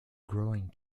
growing